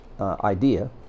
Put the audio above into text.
idea